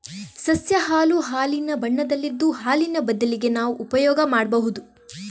ಸಸ್ಯ ಹಾಲು ಹಾಲಿನ ಬಣ್ಣದಲ್ಲಿದ್ದು ಹಾಲಿನ ಬದಲಿಗೆ ನಾವು ಉಪಯೋಗ ಮಾಡ್ಬಹುದು